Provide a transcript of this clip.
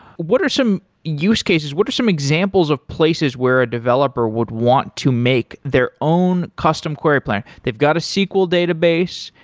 what are some use cases? what are some examples of places where a developer would want to make their own custom query plan? they've got a sql database.